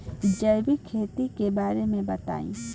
जैविक खेती के बारे में बताइ